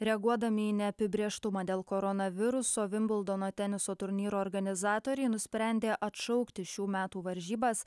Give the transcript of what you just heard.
reaguodami į neapibrėžtumą dėl koronaviruso vimbldono teniso turnyro organizatoriai nusprendė atšaukti šių metų varžybas